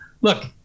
look